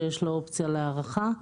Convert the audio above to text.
שיש לו אופציה להארכה.